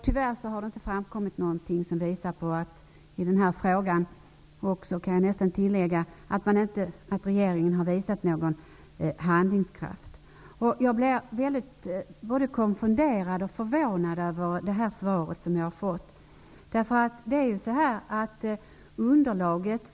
Tyvärr har det inte framkommit någonting, i den här frågan heller, kan jag nästan tillägga, som visar att regeringen har visat någon handlingskraft. Jag blir både väldigt konfunderad och förvånad över det svar jag har fått.